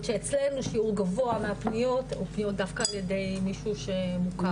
שאצלנו שיעור גבוה מהפניות הן פניות דווקא על ידי מישהו מוכר.